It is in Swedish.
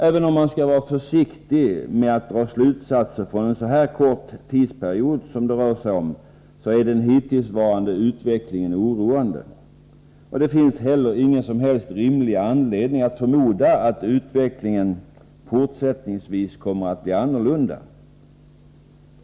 Även om man skall vara försiktig med att dra slutsatser från en så kort tidsperiod som det här rör sig om är den hittillsvarande utvecklingen oroande. Det finns heller ingen som helst rimlig anledning att förmoda att utvecklingen fortsättningsvis kommer att bli annorlunda.